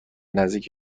نزدیک